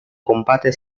combate